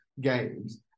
games